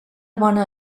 bona